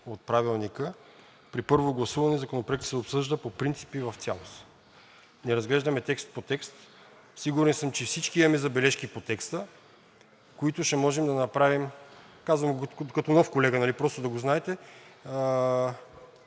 от Правилника при първо гласуване Законопроектът се обсъжда по принцип и в цялост, не разглеждаме текст по текст. Сигурен съм, че всички имаме забележки по текста, които ще можем да направим. Казвам го като нов колега, просто да го знаете.